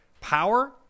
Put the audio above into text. power